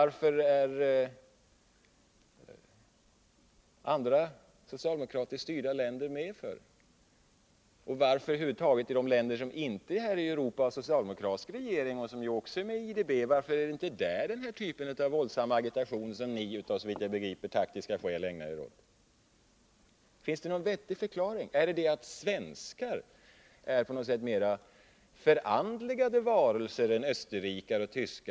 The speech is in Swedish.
Varför är andra socialdemokratiskt styrda länder med i IDB? Varför förekommer inte den här typen av våldsam agitation, som ni såvitt jag begriper av taktiska skäl ägnar er åt, i de länder utanför Europa som har socialdemokratiska regeringar och som ju också är med i IDB? Finns det någon vettig förklaring? Är svenskar på något sätt mer förandligade varelser än österrikare och tyskar?